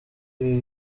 ibi